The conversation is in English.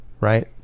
right